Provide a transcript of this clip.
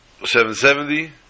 770